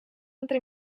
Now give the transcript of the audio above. entre